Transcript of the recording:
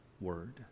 word